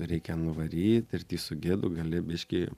reikia nuvaryt ir su gidu gali biškį